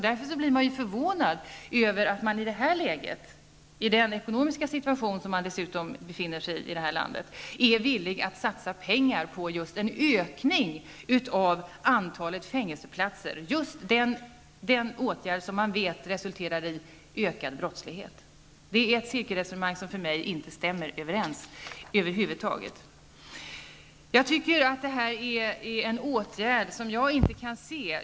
Därför blir jag förvånad över att man i den ekonomiska situtation som landet befinner sig i är villig att satsa pengar på en ökning av antalet fängelseplatser. Det är just den åtgärd som man vet resulterar i ökad brottslighet. Det är ett cirkelresonemang som för mig inte stämmer överens över huvud taget.